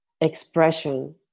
expression